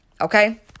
okay